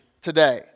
today